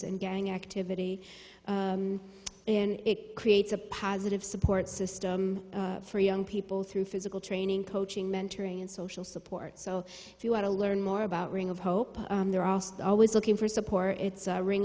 and gang activity and it creates a positive support system for young people through physical training coaching mentoring and social support so if you want to learn more about ring of hope they're also always looking for support it's a ring